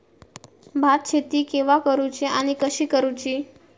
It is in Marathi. भात शेती केवा करूची आणि कशी करुची?